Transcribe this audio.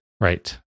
Right